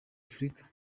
afurika